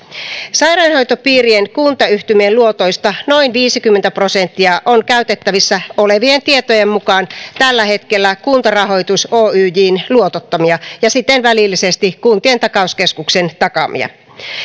sairaanhoitopiirien kuntayhtymien luotoista noin viisikymmentä prosenttia on käytettävissä olevien tietojen mukaan tällä hetkellä kuntarahoitus oyjn luotottamia ja siten välillisesti kuntien takauskeskuksen takaamia